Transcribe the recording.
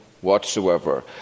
whatsoever